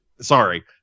sorry